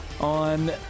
on